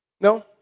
No